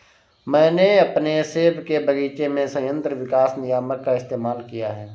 मैंने अपने सेब के बगीचे में संयंत्र विकास नियामक का इस्तेमाल किया है